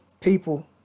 people